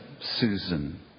Susan